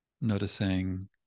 Noticing